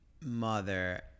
Mother